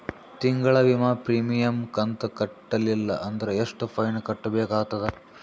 ತಿಂಗಳ ವಿಮಾ ಪ್ರೀಮಿಯಂ ಕಂತ ಕಟ್ಟಲಿಲ್ಲ ಅಂದ್ರ ಎಷ್ಟ ಫೈನ ಕಟ್ಟಬೇಕಾಗತದ?